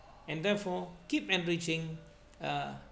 and therefore keep enriching uh